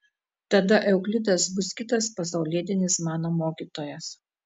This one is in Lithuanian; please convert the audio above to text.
tada euklidas bus kitas pasaulietinis mano mokytojas